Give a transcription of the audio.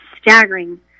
staggering